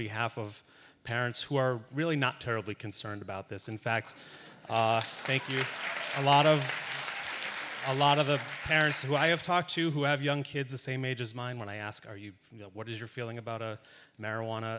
behalf of parents who are really not terribly concerned about this in fact thank you a lot of a lot of the parents who i have talked to who have young kids the same age as mine when i ask are you what is your feeling about a marijuana